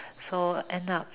so end up